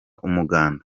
umuganda